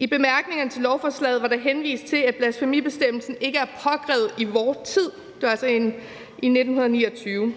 I bemærkningerne til lovforslaget var der henvist til: at blasfemibestemmelsen ikke er påkrævet i vor tid. Det var altså i 1929.